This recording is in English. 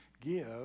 give